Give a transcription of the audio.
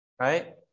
right